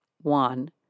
One